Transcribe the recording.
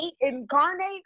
incarnate